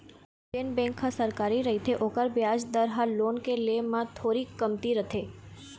जेन बेंक ह सरकारी रहिथे ओखर बियाज दर ह लोन के ले म थोरीक कमती रथे